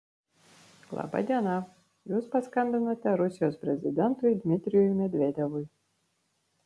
laba diena jūs paskambinote rusijos prezidentui dmitrijui medvedevui